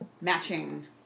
matching